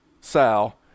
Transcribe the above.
Sal